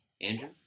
Andrew